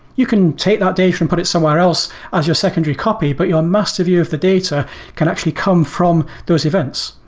you can take that data and put it somewhere else as your secondary copy, but your master view of the data can actually come from those events.